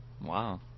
Wow